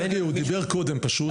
מני דיבר קודם פשוט.